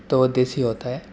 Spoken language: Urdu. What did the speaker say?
تو وہ دیسی ہوتا ہے